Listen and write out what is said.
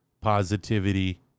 positivity